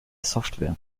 software